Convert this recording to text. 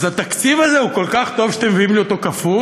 אז התקציב הזה הוא כל כך טוב שאתם מביאים לי אותו כפול?